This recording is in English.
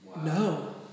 No